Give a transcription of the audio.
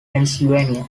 pennsylvania